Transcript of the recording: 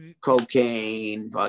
cocaine